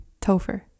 Topher